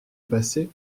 passé